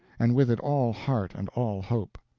and with it all heart and all hope.